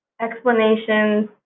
explanations